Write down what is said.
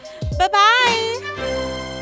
Bye-bye